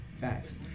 facts